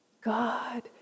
God